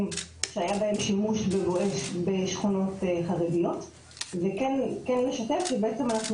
שהיה בהם שימוש ב"בואש" בשכונות חרדיות וכן לשתף שאנחנו